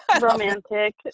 Romantic